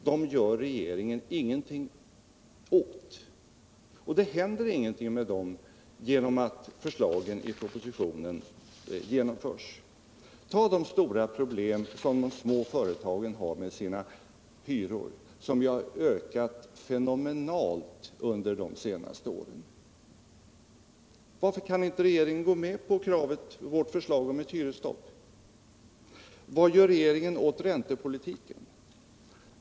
Det händer Nr 56 ingenting för dem genom att förslagen i propositionen genomförs. Se Lördagen den på de stora problem som de små företagen har med sina hyror, som 17 december 1977 ju har ökat fenomenalt under de senaste åren! Varför kan inte regeringen gå med på vårt förslag om ett hyresstopp? Vad gör regeringen åt rän De mindre och tepolitiken?